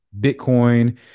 Bitcoin